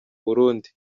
burundi